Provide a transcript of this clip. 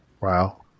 Wow